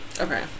Okay